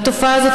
והתופעה הזאת,